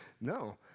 No